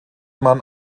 man